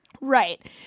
Right